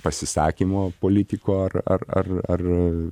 pasisakymo politiko ar ar ar ar